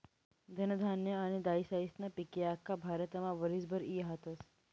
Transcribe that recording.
धनधान्य आनी दायीसायीस्ना पिके आख्खा भारतमा वरीसभर ई हातस